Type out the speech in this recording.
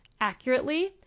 accurately